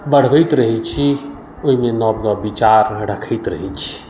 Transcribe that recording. बढ़बैत रहैत छी ओहिमे नव नव विचार रखैत रहैत छी